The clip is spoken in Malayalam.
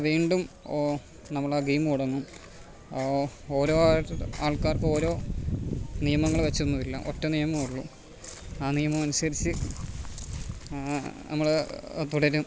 വീണ്ടും നമ്മൾ ആ ഗെയിം തുടങ്ങും ഓരോ ആൾക്കാർക്ക് ഓരോ നിയമങ്ങള് വെച്ചൊന്നുയില്ല ഒറ്റ നിയമമേ ഉള്ളൂ ആ നിയമമനുസരിച്ച് നമ്മൾ തുടരും